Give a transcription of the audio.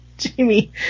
Jamie